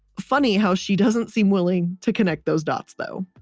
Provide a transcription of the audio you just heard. funny how she doesn't seem willing to connect those dots though.